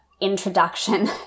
introduction